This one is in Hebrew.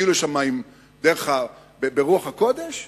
הגיעו לשם ברוח הקודש?